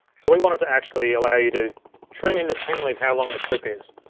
so we wanted to actually allow you to trim independently of how long the clip is.